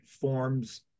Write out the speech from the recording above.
forms